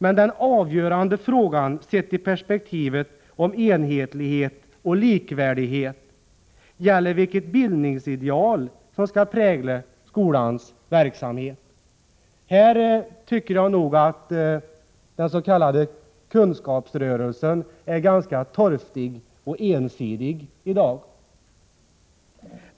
Men den avgörande frågan, sett i perspektivet av enhetlighet och likvärdighet, gäller vilket bildningsideal som skall prägla skolans verksamhet. Den s.k. kunskapsrörelsen är i dag ganska torftig och ensidig.